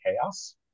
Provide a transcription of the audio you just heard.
chaos